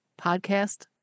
podcast